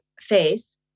face